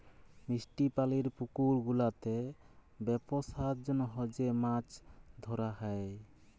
মিষ্টি পালির পুকুর গুলাতে বেপসার জনহ যে মাছ ধরা হ্যয়